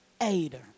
aider